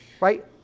right